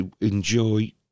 enjoy